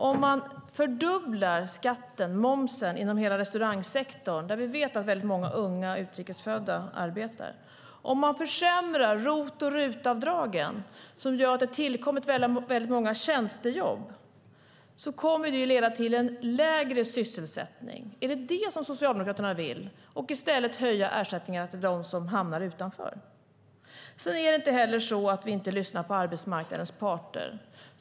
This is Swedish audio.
Om man fördubblar momsen inom hela restaurangsektorn, där vi vet att många unga och utrikes födda arbetar, om man försämrar ROT och RUT-avdragen, som har gjort att det tillkommit många tjänstejobb, kommer det att leda till lägre sysselsättning. Är det detta som Socialdemokraterna vill, och i stället höja ersättningarna till dem som hamnar utanför? Det är inte heller så att vi inte lyssnar på arbetsmarknadens parter.